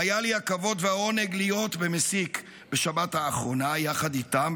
והיה לי הכבוד והעונג להיות במסיק בשבת האחרונה יחד איתם,